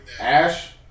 Ash